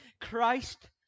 Christ